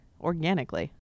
organically